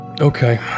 okay